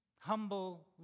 humble